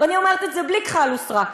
ואני אומרת את זה בלי כחל ושרק.